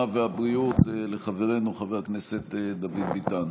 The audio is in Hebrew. והבריאות לחברנו חבר הכנסת דוד ביטן.